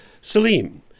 Salim